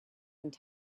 it’s